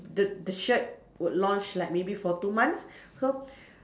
the the shirt would launch like maybe for two months so